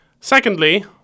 Secondly